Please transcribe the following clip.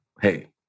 hey